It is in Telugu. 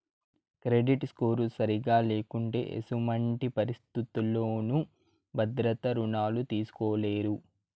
క్రెడిట్ స్కోరు సరిగా లేకుంటే ఎసుమంటి పరిస్థితుల్లోనూ భద్రత రుణాలు తీస్కోలేరు